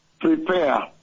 prepare